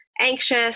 anxious